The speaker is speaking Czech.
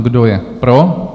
Kdo je pro?